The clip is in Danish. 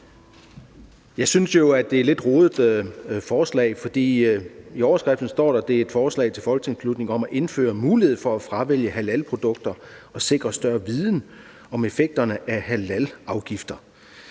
Jeg synes jo, at det er et lidt rodet forslag. I overskriften står der, at det er et forslag til folketingsbeslutning om at indføre mulighed for at fravælge halalprodukter og sikre større viden om effekterne af halalafgifter.